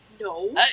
No